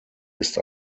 ist